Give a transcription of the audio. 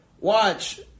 watch